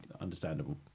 understandable